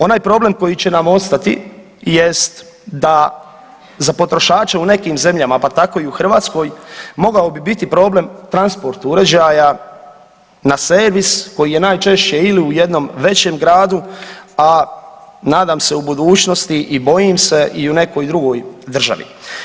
Onaj problem koji će nam ostati jest da za potrošače u nekim zemljama, pa tako i u Hrvatskoj mogao bi biti problem transport uređaja na servis koji je najčešće ili u jednom većem gradu, a nadam se u budućnosti i bojim se i u nekoj drugoj državi.